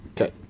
Okay